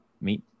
meet